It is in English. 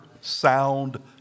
sound